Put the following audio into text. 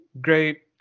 great